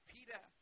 Peter